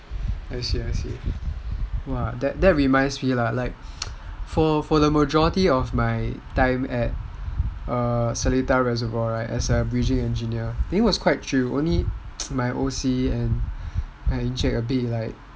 I see I see that reminds me lah like for the majority of my time at seletar reservoir as a bridging engineer I think it was quite chill only my O_C and encik a bit like